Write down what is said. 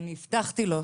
ואני הבטחתי לו,